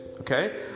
Okay